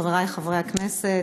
חברי חברי הכנסת,